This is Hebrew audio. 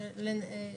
איש?